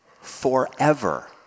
forever